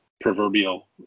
proverbial